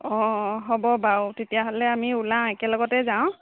অঁ হ'ব বাৰু তেতিয়াহ'লে আমি ওলাও একেলগতে যাঁও